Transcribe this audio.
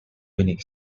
winning